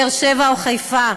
באר-שבע או חיפה.